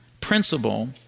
principle